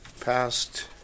passed